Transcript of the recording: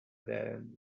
than